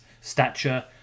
stature